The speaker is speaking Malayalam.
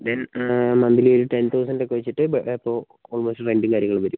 ദെൻ മന്ത്ലി ഒരു ടെൻ തൗസൻഡ് ഒക്കെ വച്ചിട്ട് അപ്പോൾ ഓൾമോസ്റ്റ് റെന്റും കാര്യങ്ങളും വരും